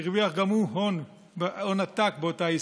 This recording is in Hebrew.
הרוויח גם הוא הון עתק באותה עסקה.